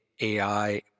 AI